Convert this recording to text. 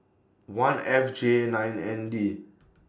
one F J nine N D